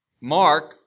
Mark